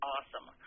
Awesome